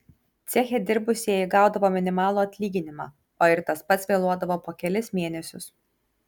ceche dirbusieji gaudavo minimalų atlyginimą o ir tas pats vėluodavo po kelis mėnesius